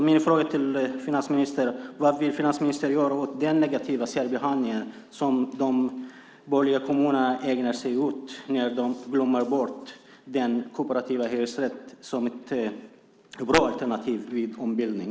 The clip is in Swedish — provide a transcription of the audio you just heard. Min fråga till finansministern är: Vad vill finansministern göra åt den negativa särbehandling som de borgerliga kommunerna ägnar sig åt när de glömmer bort den kooperativa hyresrätten, som är ett bra alternativ vid ombildning?